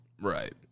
Right